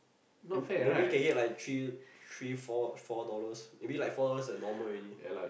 eh maybe can get like three three four four dollars maybe like four dollars like normal already